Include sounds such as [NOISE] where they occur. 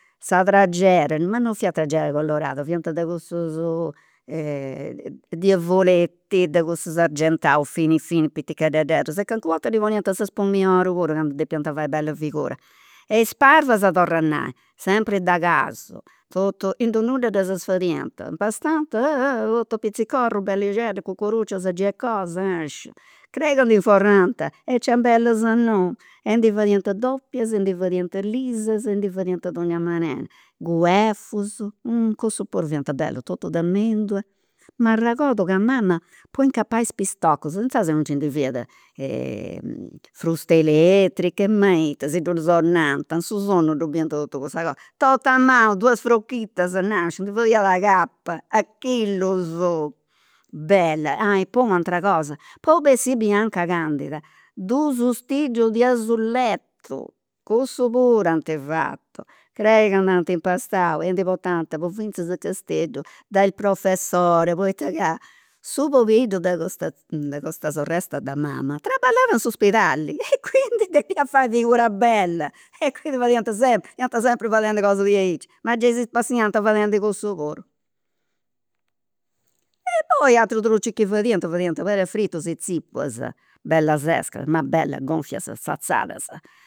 Sa traggera ma non fiat traggera colorada, fiant de cussus [HESITATION] diavoletti de cussus argentaus, fini fini pitichedededdus, e calincuna 'orta ddi poniant sa spum'i oru puru candu depiant fai bella figura. E is pardulas, torru a nai, sempri de casu, totu in ddu nudda ddas fadiant, impastant [UNINTELLIGIBLE] totu a pizzicorrus bellixeddas cucuruccias gei est cosa, nasci, crei ca nd'inforrant. E ciambellas nou, e ndi fadiant doppias e ndi fadiant lisas e ndi fadiant in donnia manera, guefus, cussus puru fiant bellus, totus de mendula, m'arragordu ca mama po incapai is pistoccus, insaras non nci ndi fiat [HESITATION] frusta elettriche, ma ita, si ddus sonnant, in su sonnu ddu biriant totu cussas cosas, totu a manu duas frochitas, nasciu, ndi fadiat de cappa, a chillus, bella. E poi u'atera cosa, po bessiri bianca candida dus stiddius de azulletu, cussu puru ant fatu, crei ca nd'ant impastau e ndi portant po finzas a Casteddu, dal professore, poita ca su pobiddu de custa [HESITATION] de custa sorresta de mama, traballat in s'uspidali e quindi [LAUGHS] depiat fai figura bella e quindi fadiant [LAUGHS] sempri, fiant sempri fadendi cosas diaicci, ma gei si spassiant cussu puru [HESITATION] e poi atrus drucis chi fadiant fadiant parafrittus e zipulas, bellas escas, ma bellas gonfias sazadas